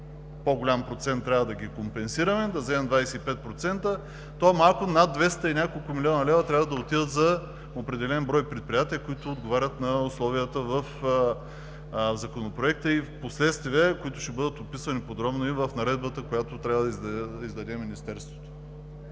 по-голям процент трябва да ги компенсираме и да вземем 25%, то малко над 200 и няколко милиона лева трябва да отидат за определен брой предприятия, които отговарят на условията в Законопроекта, и впоследствие ще бъдат описани подробно в Наредбата, която трябва да издаде Министерството.